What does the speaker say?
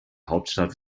hauptstadt